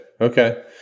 Okay